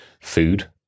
food